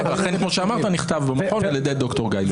אכן, כמו שאמרת, נכתב במכון על ידי ד"ר גיא לוריא.